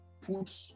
put